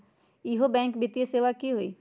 इहु बैंक वित्तीय सेवा की होई?